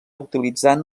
utilitzant